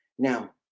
Now